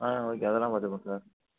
ஆ okay அதெல்லாம் பார்த்துப்போம் sir